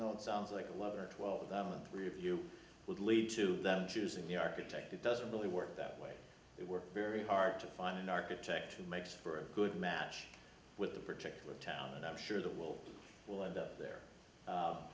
though it sounds like a lot or twelve of them and three of you would lead to them choosing the architect it doesn't really work that way they work very hard to find an architect who makes for a good match with a particular town and i'm sure the world will end up there